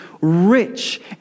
rich